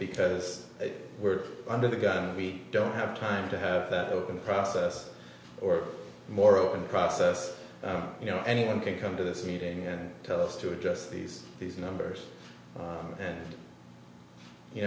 because we're under the gun we don't have time to have that open process or more open process you know anyone can come to this meeting and tell us to adjust these these numbers and you